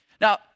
Now